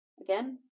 again